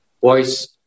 voice